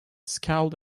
scowled